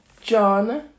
John